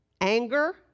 anger